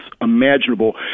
imaginable